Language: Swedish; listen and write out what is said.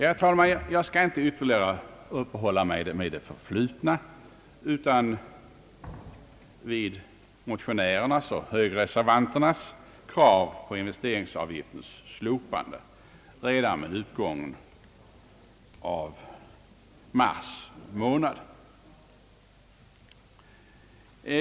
Jag skall, herr talman, inte ytterligare uppehålla mig vid det förflutna utan beröra motionärernas och högerreservanternas krav på investeringsavgiftens slopande redan vid utgången av mars månad.